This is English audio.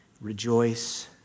rejoice